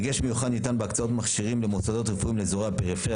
דגש מיוחד ניתן בהקצאות מכשירים למוסדות רפואיים לאזור הפריפריה